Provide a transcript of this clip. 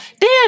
Dan